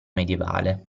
medievale